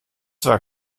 war